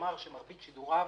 כלומר שמרבית שידוריו